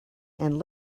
and